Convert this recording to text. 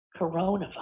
coronavirus